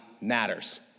matters